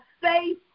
faith